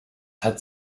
hat